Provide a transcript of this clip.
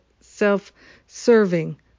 self-serving